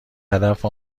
هدف